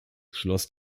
schloss